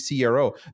CRO